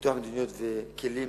פיתוח מדיניות וכלים